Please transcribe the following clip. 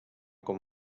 com